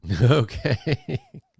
okay